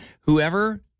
Whoever